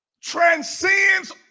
Transcends